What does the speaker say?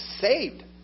saved